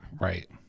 Right